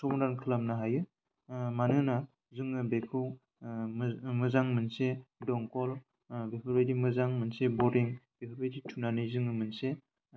समादान खालामनो हायो मानोना जोङो बेखौ मोजां मोनसे दंकल बेफोरबायदि मोजां मोनसे बरिं बेफोरबायदि थुनानै जोङो मोनसे